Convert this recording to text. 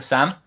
Sam